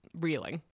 reeling